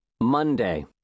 Monday